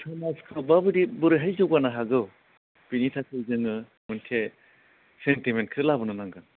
समाजखौ माबादि बोरैहाय जौगानो हागौ बिनि थाखै जोङो मोनसे सेन्टिमेन्टखो लाबोनो नांगोन